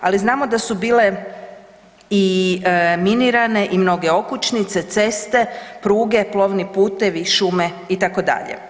Ali znamo da su bile minirane i mnoge okućnice, ceste, pruge, plovni putevi, šume itd.